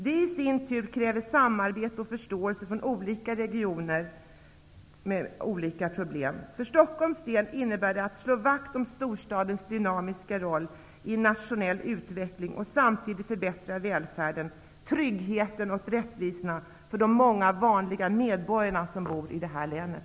Det i sin tur kräver samarbete och förståelse från olika regioner med olika problem. För Stockholms del innebär det att slå vakt om storstadens dynamiska roll i nationell utveckling och samtidigt förbättra välfärden, tryggheten och rättvisorna för de många vanliga medborgare som bor i det här länet.